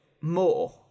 more